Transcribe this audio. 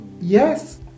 yes